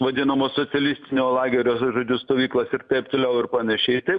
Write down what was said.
vadinamo socialistinio lagerio žodžiu stovyklas ir taip toliau ir panašiai tai